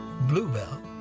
Bluebell